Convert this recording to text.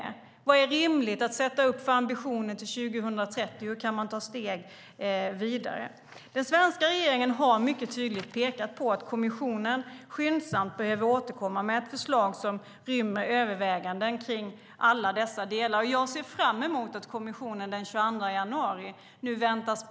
Vilka ambitioner är rimliga att sätta upp till 2030, och hur kan vi ta steg vidare? Den svenska regeringen har mycket tydligt pekat på att kommissionen skyndsamt behöver återkomma med ett förslag som rymmer överväganden om alla dessa delar. Jag ser fram emot det förslag som kommissionen väntas presentera den 22 januari.